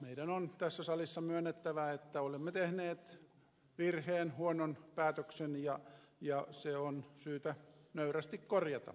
meidän on tässä salissa myönnettävä että olemme tehneet virheen huonon päätöksen ja se on syytä nöyrästi korjata